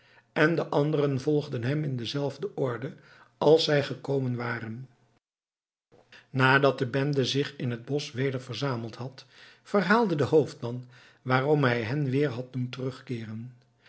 en de anderen volgden hem in dezelfde orde als zij gekomen waren nadat de bende zich in het bosch weder verzameld had verhaalde de hoofdman waarom hij hen weer had doen terugkeeren